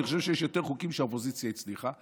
אני חושב שיש יותר חוקים שהאופוזיציה הצליחה.